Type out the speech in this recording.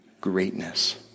greatness